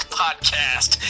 podcast